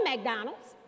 McDonald's